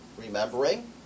remembering